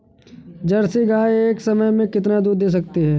Jersey गाय एक समय में कितना दूध दे सकती है?